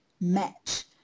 match